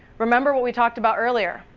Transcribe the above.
remember we talked about earlier,